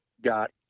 got